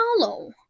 follow